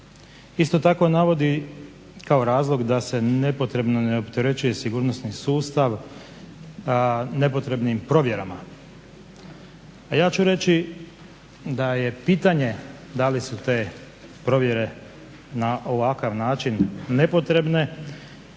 Isto tako navodi kao razloga da se nepotrebno ne opterećuje sigurnosni sustav, nepotrebnim provjerama. A ja ću reći da je pitanje da li su te provjere, na ovakav način nepotrebne.